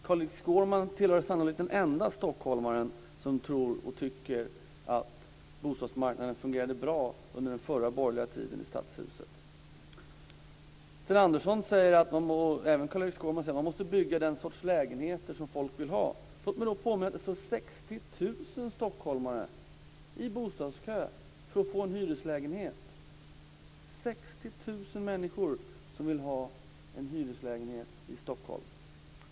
Herr talman! Carl-Erik Skårman är sannolikt den ende stockholmaren som tror och tycker att bostadsmarknaden fungerade bra under den förra borgerliga tiden i Stadshuset. Sten Andersson och även Carl-Erik Skårman säger att man måste bygga den sorts lägenheter som folk vill ha. Låt mig påminna om att 60 000 stockholmare står i kö för att få en hyreslägenhet. Det är Stockholm.